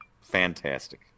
Fantastic